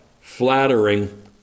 flattering